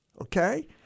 okay